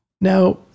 Now